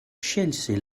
scelse